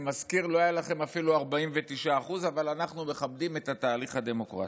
אני מזכיר: לא היה לכם אפילו 49%. אבל אנחנו מכבדים את התהליך הדמוקרטי.